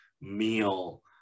meal